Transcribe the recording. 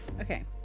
Okay